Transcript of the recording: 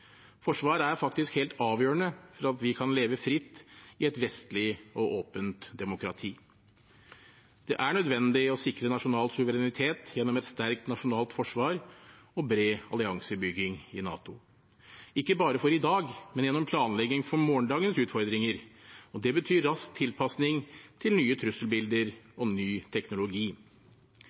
Forsvaret er faktisk helt avgjørende for at vi kan leve fritt i et vestlig og åpent demokrati. Det er nødvendig å sikre nasjonal suverenitet gjennom et sterkt nasjonalt forsvar og bred alliansebygging i NATO, ikke bare for i dag, men gjennom planlegging for morgendagens utfordringer. Det betyr rask tilpasning til nye trusselbilder og ny teknologi.